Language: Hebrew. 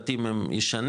הבתים הם ישנים.